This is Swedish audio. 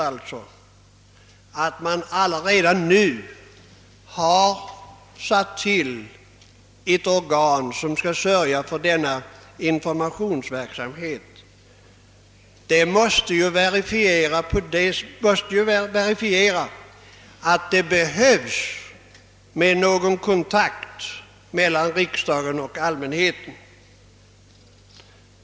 Att man redan nu tillsatt ett organ som skall sörja för denna informationsverksamhet måste ju anses bekräfta, att det behövs något slags kontakt meilan riksdagen och allmänheten.